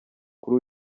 kuri